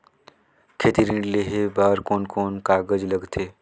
खेती ऋण लेहे बार कोन कोन कागज लगथे?